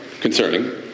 concerning